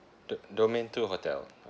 do~ domain two hotel